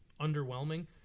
underwhelming